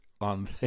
on